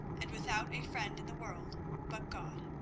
and without a friend in the world but god.